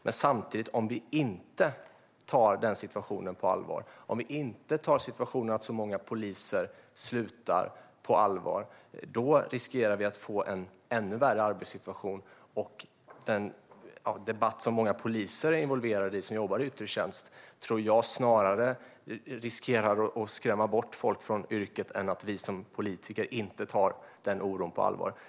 Men om vi inte tar den här situationen på allvar, om vi inte tar situationen att så många poliser slutar på allvar, finns det risk att de får en ännu värre arbetssituation - och då tror jag att det snarare är den debatt som många poliser som jobbar i yttre tjänst är involverade i som riskerar att skrämma bort folk från yrket än att vi som politiker inte tar deras oro på allvar.